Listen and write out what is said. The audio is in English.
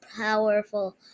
powerful